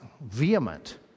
vehement